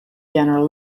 general